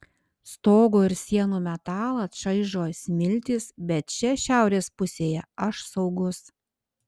stogo ir sienų metalą čaižo smiltys bet čia šiaurės pusėje aš saugus